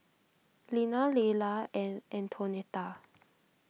Lina Lela and Antonetta